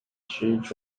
бешинчи